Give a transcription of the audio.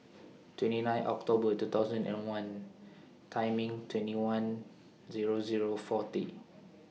twenty nine October two thousand and one Time in twenty one Zero Zero forty